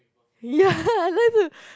ya I like to